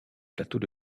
plateaux